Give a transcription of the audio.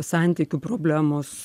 santykių problemos